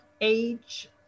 age